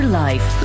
life